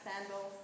sandals